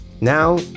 Now